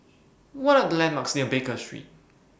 What Are The landmarks near Baker Street